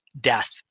death